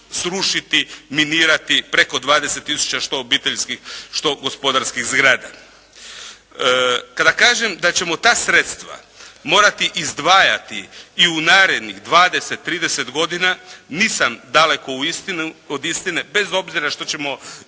srušiti, minirati preko 20 tisuća što obiteljskih, što gospodarskih zgrada. Kada kažem da ćemo ta sredstva morati izdvajati i u narednih 20, 30 godina nisam daleko uistinu, od istine bez obzira što ćemo izvršiti